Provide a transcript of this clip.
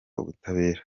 ubutabera